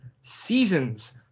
seasons